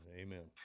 amen